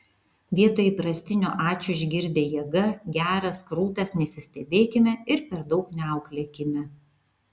vietoje įprastinio ačiū išgirdę jėga geras krūtas nesistebėkime ir per daug neauklėkime